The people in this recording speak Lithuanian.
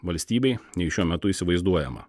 valstybei nei šiuo metu įsivaizduojama